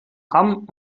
hamm